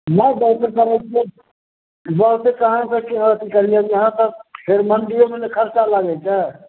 इहाँ दौरके करै छियै इहाँ से काहाँ जे हइ से अथी करियै इहाँ तऽ फेर मण्डिओमे ने खर्चा लागै छै